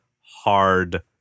hard